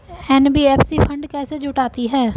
NBFC fund कैसे जुटाती है?